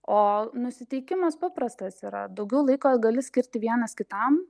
o nusiteikimas paprastas yra daugiau laiko gali skirti vienas kitam